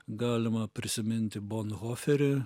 galima prisiminti bon hoferį